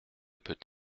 peut